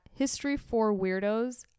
historyforweirdos